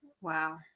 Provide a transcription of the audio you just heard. Wow